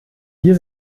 hier